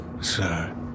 sir